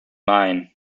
mine